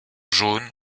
jaunes